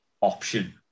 option